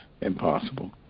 impossible